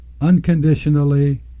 unconditionally